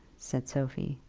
said sophie.